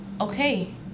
okay